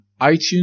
iTunes